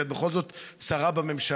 כי את בכל זאת שרה בממשלה?